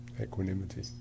equanimity